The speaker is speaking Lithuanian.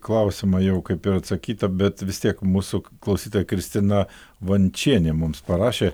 klausimą jau kaip ir atsakyta bet vis tiek mūsų klausytoja kristina vančienė mums parašė